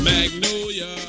Magnolia